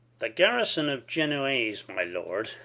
the garrison of genoaes, my lord,